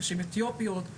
נשים אתיופיות,